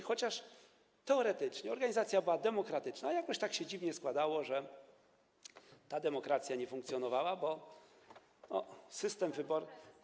Chociaż teoretycznie organizacja ta była demokratyczna, jakoś tak się dziwnie składało, że ta demokracja nie funkcjonowała, bo system wyboru.